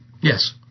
Yes